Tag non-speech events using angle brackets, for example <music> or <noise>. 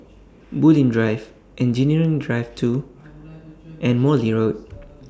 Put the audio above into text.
Bulim Drive Engineering Drive two <noise> and Morley Road